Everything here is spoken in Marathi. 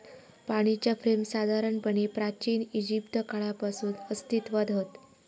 पाणीच्या फ्रेम साधारणपणे प्राचिन इजिप्त काळापासून अस्तित्त्वात हत